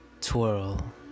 Twirl